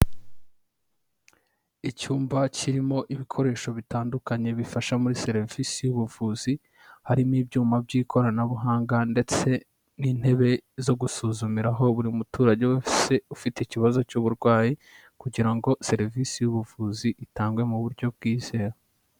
Icyumba kirimo ibikoresho bitandukanye bifasha muri serivisi y'ubuvuzi, harimo ibyuma by'ikoranabuhanga ndetse n'intebe zo gusuzumiraho buri muturage wese ufite ikibazo cy'uburwayi, kugira ngo serivisi y'ubuvuzi itangwe mu buryo bwizewe.